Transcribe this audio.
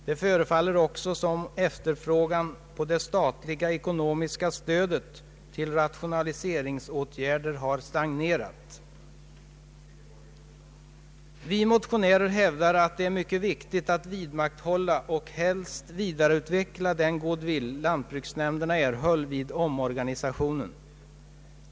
Det förefaller också som om efterfrågan på det statliga ekonomiska stödet till rationaliseringsåtgärder har stagnerat. Vi motionärer hävdar att det är mycket viktigt att vidmakthålla och helst vidareutveckla den goodwill lantbruksnämnderna erhöll vid omorganisationen.